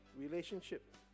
relationship